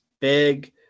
big